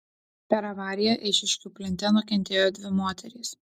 per avariją eišiškių plente nukentėjo dvi moterys